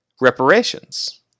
reparations